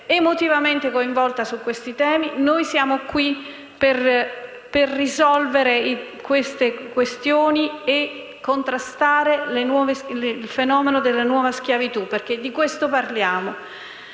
vista emotivo su questi temi e noi siamo qui per risolvere queste problematiche e contrastare il fenomeno della nuova schiavitù, perché di questo parliamo.